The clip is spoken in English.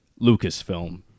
Lucasfilm